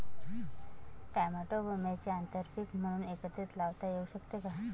Tomato व मिरची आंतरपीक म्हणून एकत्रित लावता येऊ शकते का?